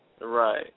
Right